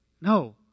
No